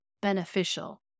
beneficial